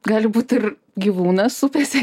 gali būti ir gyvūnas upėse